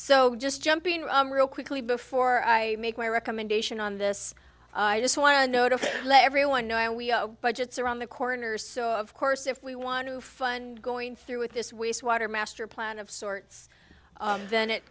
so just jump in real quickly before i make my recommendation on this i just want to know to let everyone know and we budgets around the corner so of course if we want to fund going through with this waste water master plan of sorts then it